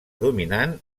dominant